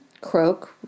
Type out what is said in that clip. croak